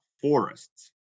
forests